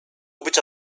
bycia